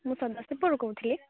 ମୁଁ ଚାନ୍ଦୁଆସୀ ପୁରରୁ କହୁଥିଲି